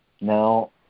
Now